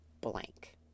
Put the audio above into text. blank